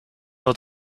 wat